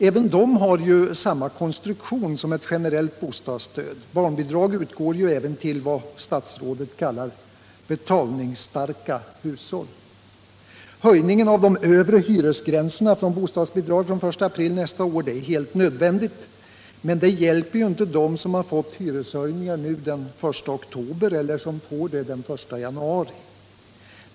Även dessa har ju samma konstruktion som ett generellt bostadsstöd; barnbidrag utgår ju även till vad statsrådet kallar betalningsstarka hushåll. Höjningen av de övre hyresgränserna för bostadsbidrag från den 1 april nästa år är helt nödvändig men hjälper ju inte dem som fått hyreshöjningar den I oktober eller som får det 1 januari.